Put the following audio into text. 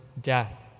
death